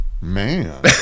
man